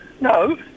no